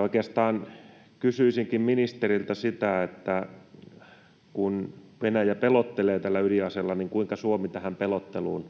oikeastaan kysyisinkin ministeriltä sitä, että kun Venäjä pelottelee tällä ydinaseella, niin kuinka Suomi tähän pelotteluun